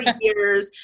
years